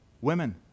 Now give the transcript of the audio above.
women